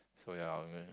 so ya I'm gonna